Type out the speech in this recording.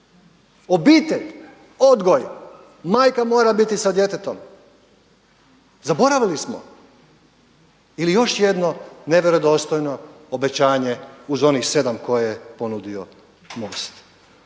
Obitelj, odgoj, majka mora biti sa djetetom zaboravili smo ili još jedno nevjerodostojno obećanje uz onih sedam koje je ponudio MOST.